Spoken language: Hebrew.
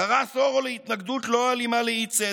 קרא תורו להתנגדות לא אלימה לאי-צדק.